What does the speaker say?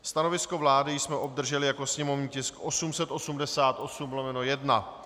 Stanovisko vlády jsme obdrželi jako sněmovní tisk 888/1.